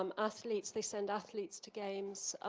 um athletes, they send athletes to games,